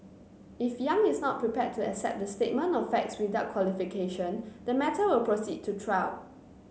if Yang is not prepared to accept the statement of facts without qualification the matter will proceed to trial